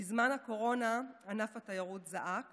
בזמן הקורונה ענף התיירות זעק